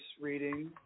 reading